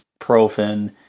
ibuprofen